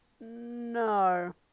no